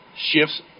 shifts